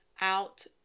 out